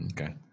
Okay